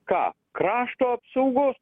ką krašto apsaugos